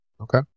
okay